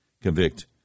convict